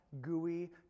gooey